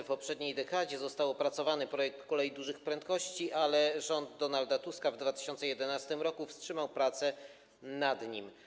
W poprzedniej dekadzie został opracowany projekt kolei dużych prędkości, ale rząd Donalda Tuska w 2011 r. wstrzymał nad nim